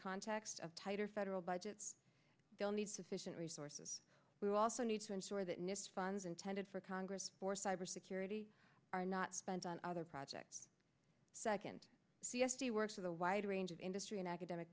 context of tighter federal budget still need sufficient resources we also need to ensure that nist funds intended for congress for cybersecurity are not spent on other projects so i can see s c works with a wide range of industry and academic